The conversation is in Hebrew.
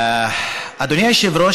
אדוני היושב-ראש,